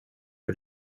for